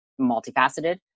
multifaceted